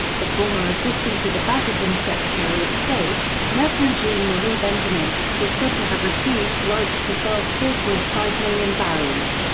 the former assistant to the vatican secretary of state, reverend jean-marie benjamin, is said to have received rights to sell four point five million barrels.